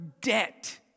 debt